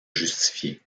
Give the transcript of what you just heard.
justifier